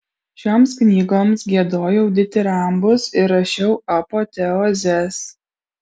šioms knygoms giedojau ditirambus ir rašiau apoteozes